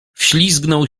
wślizgnął